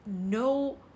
no